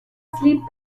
sleep